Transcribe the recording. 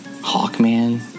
Hawkman